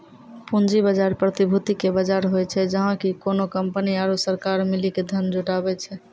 पूंजी बजार, प्रतिभूति के बजार होय छै, जहाँ की कोनो कंपनी आरु सरकार मिली के धन जुटाबै छै